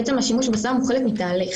בעצם השימוש בסם הוא חלק מתהליך,